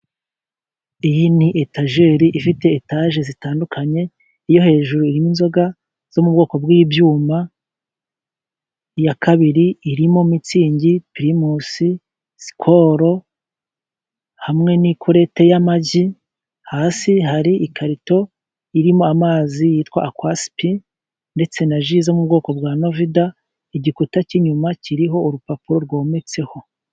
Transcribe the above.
Iyi ni etajeri ifite etaje zitandukanye, iyo hejuru irimo inzoga zo mu bwoko bw'ibyuma, iya kabiri irimo mitsingi, purimusi, sikolo, hamwe n'ikurete y'amagi, hasi hari ikarito irimo amazi yitwa akwasipe ndetse na ji zo mu bwoko bwa novida, igikuta cy'inyuma kiriho urupapuro rwometseho.